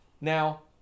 Now